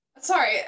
Sorry